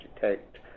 detect